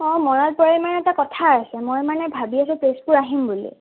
অঁ মনত পৰিল মানে এটা কথা আছে মই মানে ভাবি আছোঁ তেজপুৰ আহিম বুলি